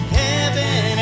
heaven